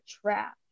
trap